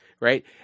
right